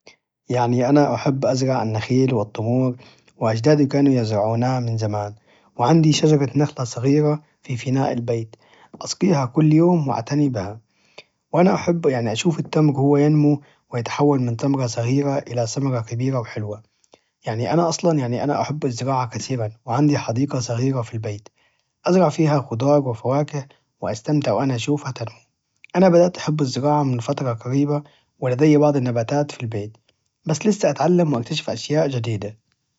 يعني أنا أحب أزرع النخيل والتمور واجدادي كانوا يزرعونها من زمان وعندي شجرة نخلة صغيرة في فناء البيت اسقيها كل يوم وأعتني بها وانا أحب يعني اشوف التمر وهو ينمو ويتحول من تمرة صغيرة إلى ثمرة كبيرة وحلوة يعني انا اصلا انا أحب الزراعة كثيرا وعندي حديقة صغيرة في البيت أزرع فيها خضار وفواكه واستمتع وانا اشوفها تنمو انا بدات أحب الزراعة من فترة قريبة ولدي بعض النباتات في البيت بس لسه اتعلم واكتشف أشياء جديدة